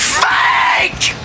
fake